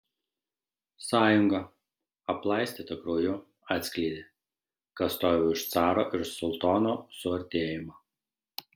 sąjunga aplaistyta krauju atskleidė kas stovi už caro ir sultono suartėjimo